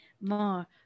more